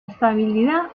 estabilidad